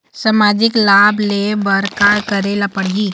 सामाजिक लाभ ले बर का करे ला पड़ही?